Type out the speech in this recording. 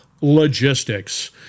Logistics